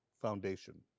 Foundation